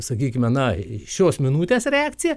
sakykime na šios minutės reakcija